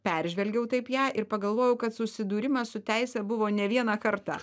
peržvelgiau taip ją ir pagalvojau kad susidūrimas su teise buvo ne vieną kartą